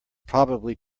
probably